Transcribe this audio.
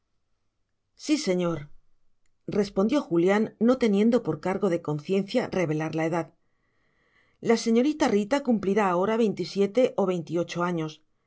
verdad sí señor respondió julián no teniendo por cargo de conciencia revelar la edad la señorita rita cumplirá ahora veintisiete o veintiocho años